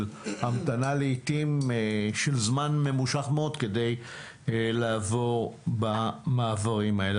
המתנה לעיתים של זמן ממושך מאוד כדי לעבור במעברים האלה,